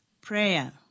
prayer